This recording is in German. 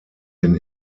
den